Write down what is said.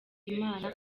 imana